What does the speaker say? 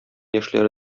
яшьләре